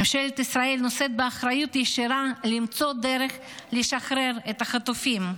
ממשלת ישראל נושאת באחריות ישירה למצוא דרך לשחרר את החטופים.